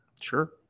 Sure